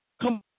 Come